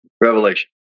Revelation